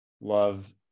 love